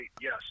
yes